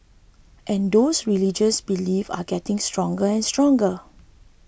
and those religious beliefs are getting stronger and stronger